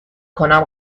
کنم